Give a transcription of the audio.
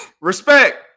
respect